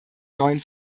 neuen